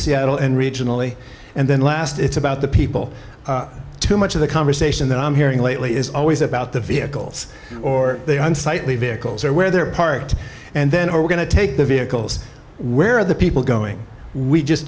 seattle and regionally and then last it's about the people too much of the conversation that i'm hearing lately is always about the vehicles or the unsightly vehicles or where they're part and then we're going to take the vehicles where the people going we just